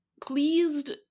Pleased